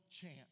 chance